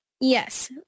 Yes